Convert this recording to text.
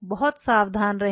बहुत सावधान रहें